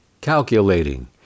calculating